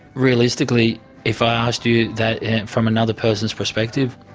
realistically if i asked you that from another person's perspective,